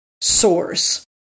source